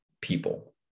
people